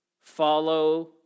Follow